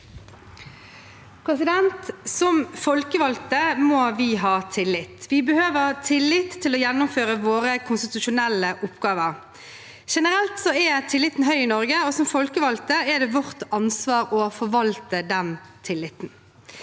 Som folkevalgte må vi ha tillit. Vi behøver tillit for å gjennomføre våre konstitusjonelle oppgaver. Generelt er tilliten høy i Norge, og som folkevalgte er det vårt ansvar å forvalte den tilliten.